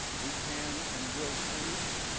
we can and will prove